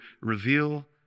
reveal